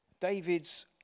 David's